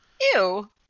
Ew